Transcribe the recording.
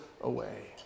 away